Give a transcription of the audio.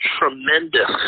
tremendous